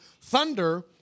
thunder